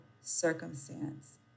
circumstance